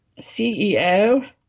CEO –